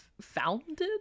founded